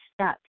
stuck